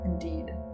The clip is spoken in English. indeed